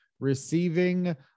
receiving